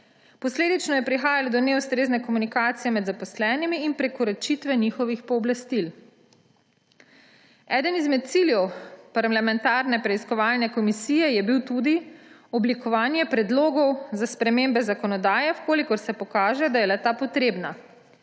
Posledično je prihajalo do neustrezne komunikacije med zaposlenimi in prekoračitve njihovih pooblastil. Eden izmed ciljev parlamentarne preiskovalne komisije je bil tudi oblikovanje predlogov za spremembe zakonodaje, če se pokaže, da je le-ta potrebna.